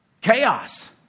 chaos